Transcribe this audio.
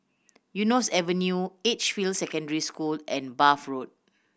Eunos Avenue Edgefield Secondary School and Bath Road